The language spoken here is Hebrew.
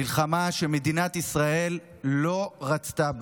מלחמה שמדינת ישראל לא רצתה בה.